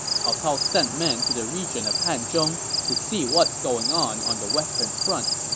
cao cao sent men to the region of hanzhong to see what's going on on the western front.